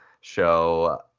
show